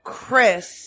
Chris